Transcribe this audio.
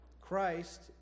Christ